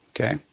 Okay